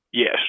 Yes